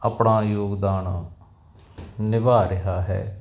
ਆਪਣਾ ਯੋਗਦਾਨ ਨਿਭਾ ਰਿਹਾ ਹੈ